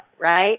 right